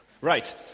Right